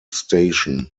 station